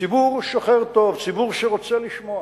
ציבור שוחר טוב, ציבור שרוצה לשמוע.